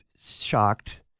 shocked